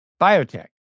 biotech